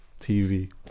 TV